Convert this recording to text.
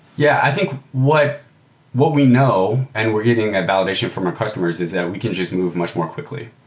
yeah. i think what what we know, and we're getting a validation from customers, is that we can just move much more quickly.